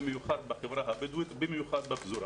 ובמיוחד בחברה הבדווית ובמיוחד בפזורה.